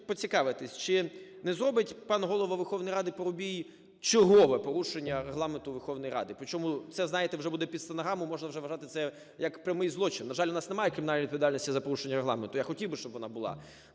поцікавитись, чи не зробить пан Голова Верховної РадиПарубій чергове порушення Регламенту Верховної Ради, причому це, знаєте, вже буде під стенограму, можна вже вважати це як прямий злочин. На жаль, у нас немає кримінальної відповідальності за порушення Регламенту, я хотів би, щоб вона була,